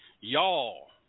y'all